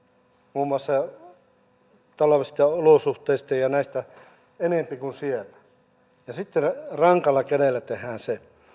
muun muassa talvesta ja olosuhteista ja ja näistä enempi kuin siellä ja sitten rankalla kädellä tehdään se